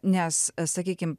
nes sakykim